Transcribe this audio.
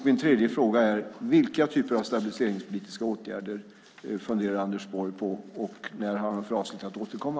Min tredje fråga var vilka typer av stabiliseringspolitiska åtgärder Anders Borg funderar på och när han har för avsikt att återkomma.